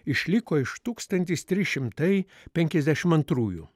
išliko iš tūkstantis trys šimtai penkiasdešim antrųjų